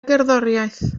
gerddoriaeth